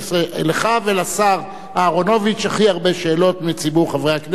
לך ולשר אהרונוביץ הכי הרבה שאלות מציבור חברי הכנסת,